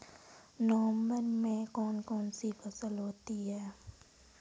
नवंबर में कौन कौन सी फसलें होती हैं?